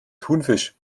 thunfisch